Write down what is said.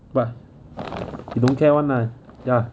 but he don't care [one] lah ya